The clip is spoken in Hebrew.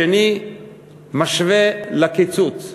השני משווה לקיצוץ.